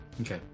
Okay